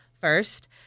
first